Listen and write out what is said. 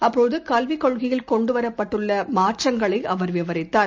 அப்போதுகல்விக் கொள்கையில் கொண்டுவரப்பட்டுள்ளமாற்றங்களைஅவர் விவரித்தார்